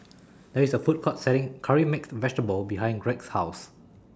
There IS A Food Court Selling Curry Mixed Vegetable behind Gregg's House